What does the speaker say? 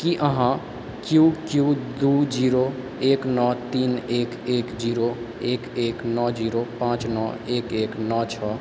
की अहाँ Q Q दू zero एक नओ तीन एक एक एक जीरो एक एक नओ जीरो पाँच नओ एक एक नओ छओ